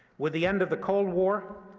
with the end of the cold war,